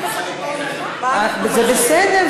זה בסדר,